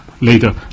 later